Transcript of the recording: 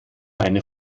eine